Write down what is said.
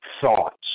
thoughts